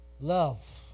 Love